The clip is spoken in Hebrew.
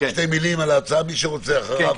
שתי מילים על ההצעה ומי שרוצה אחריו יכול לדבר.